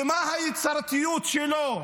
ומה היצירתיות שלו?